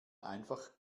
einfach